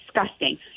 disgusting